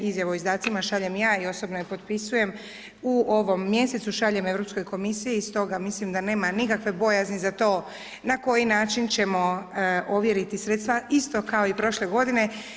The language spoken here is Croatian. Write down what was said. Izjavu o izdacima šaljem ja i osobno ju potpisujem, u ovom mjesecu šaljem Europskoj komisiji, stoga mislim da nema nikakve bojazni za to, na koji način ćemo ovjeriti sredstva, isto kao i prošle godine.